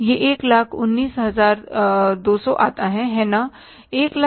यह 119200 आता है है ना